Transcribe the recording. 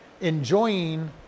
enjoying